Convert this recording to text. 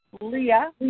Leah